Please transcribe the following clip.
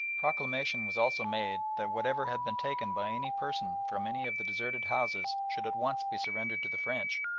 proclamation was also made that whatever had been taken by any person from any of the deserted houses should at once be surrendered to the french,